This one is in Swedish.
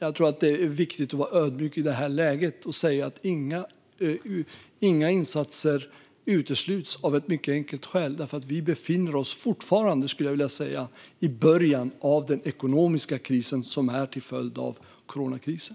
Jag tror att det är viktigt att vara ödmjuk i det här läget och säga att inga insatser utesluts, av ett mycket enkelt skäl: Vi befinner oss nämligen fortfarande i början av den ekonomiska kris som är en följd av coronakrisen.